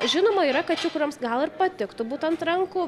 žinoma yra kačių kurioms gal ir patiktų būt ant rankų